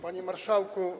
Panie Marszałku!